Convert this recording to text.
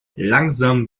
langsam